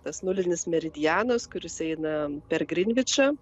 tas nulinis meridianas kuris eina per grinvičą